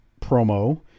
promo